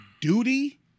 duty